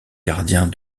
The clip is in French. gardiens